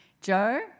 Joe